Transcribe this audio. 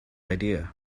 idea